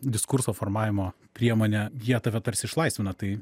diskurso formavimo priemonė jie tave tarsi išlaisvina tai